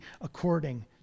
according